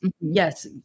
yes